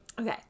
Okay